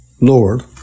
Lord